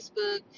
Facebook